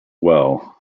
well